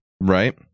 Right